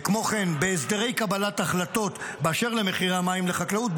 כמו כן בהסדרי קבלת החלטות באשר למחירי המים לחקלאות,